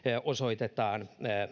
osoitetaan